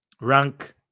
rank